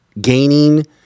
gaining